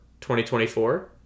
2024